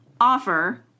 offer